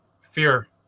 Fear